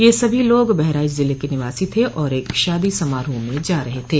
यह सभी लोग बहराइच जिले के निवासी थे और एक शादी समारोह में जा रहे थे